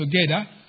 together